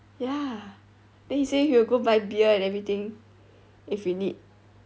ya then he say he will go buy beer and everything if we need